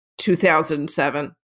2007